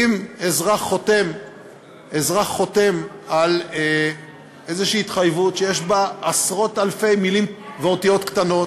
אם אזרח חותם על איזו התחייבות שיש בה עשרות-אלפי מילים ואותיות קטנות.